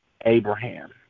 Abraham